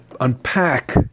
unpack